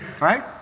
Right